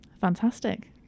Fantastic